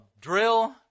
drill